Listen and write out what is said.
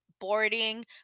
boarding